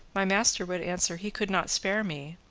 my master would answer he could not spare me,